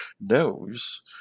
knows